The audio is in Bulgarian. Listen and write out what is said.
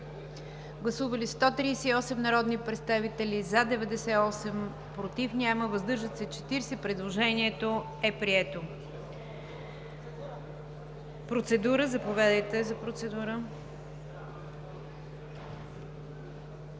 Гласували 138 народни представители: за 98, против няма, въздържали се 40. Предложението е прието. Процедура – заповядайте, госпожо